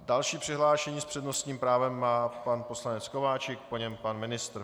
Další přihlášený s přednostním právem je pan poslanec Kováčik, po něm pan ministr.